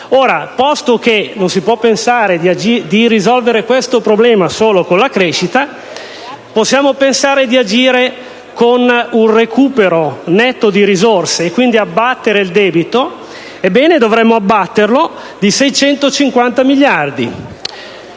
Posto che non si può pensare di risolvere questo problema solo con la crescita, possiamo pensare di agire con un recupero netto di risorse, quindi abbattendo il debito. Ebbene, dovremmo abbatterlo di 650 miliardi.